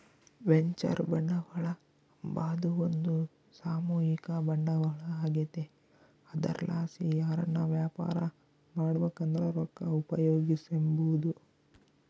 venture ಬಂಡವಾಳ ಅಂಬಾದು ಒಂದು ಸಾಮೂಹಿಕ ಬಂಡವಾಳ ಆಗೆತೆ ಅದರ್ಲಾಸಿ ಯಾರನ ವ್ಯಾಪಾರ ಮಾಡ್ಬಕಂದ್ರ ರೊಕ್ಕ ಉಪಯೋಗಿಸೆಂಬಹುದು